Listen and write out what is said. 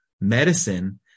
medicine